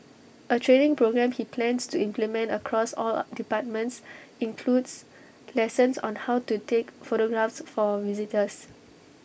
A training programme he plans to implement across all departments includes lessons on how to take photographs for visitors